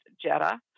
Jetta